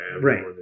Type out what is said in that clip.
right